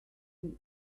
see